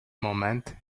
moment